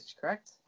correct